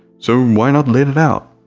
so why not let it out?